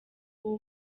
ubu